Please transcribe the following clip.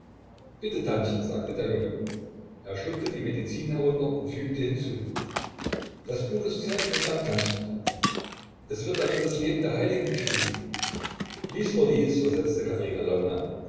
bitte tantchen sagte der junge er schluckte die medizin herunter und fügte hinzu das buch ist sehr interessant tantchen es wird darin das leben der heiligen beschrieben lies nur lies versetzte katerina